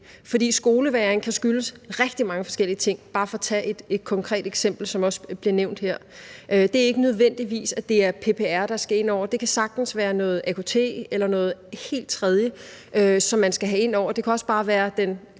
For skolevægring kan skyldes rigtig mange forskellige ting – bare for at tage et konkret eksempel, som også bliver nævnt her. Det er ikke nødvendigvis PPR, der skal ind over. Det kan sagtens være noget AKT eller noget helt tredje, som man skal have ind over. Det kan også bare være den